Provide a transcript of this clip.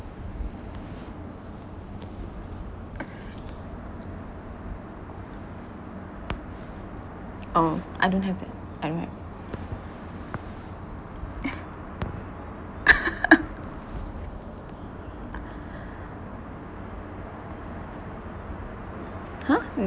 oh I don't have that I don't have that !huh!